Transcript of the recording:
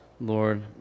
lord